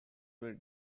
were